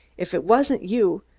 if it wasn't you,